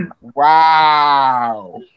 Wow